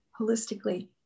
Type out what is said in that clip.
holistically